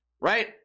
right